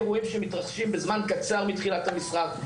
האירועים שמתרחשים בזמן קצר מתחילת המשחק,